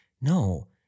no